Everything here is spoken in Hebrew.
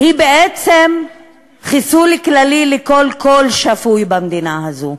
היא בעצם חיסול כללי של כל קול שפוי במדינה הזאת.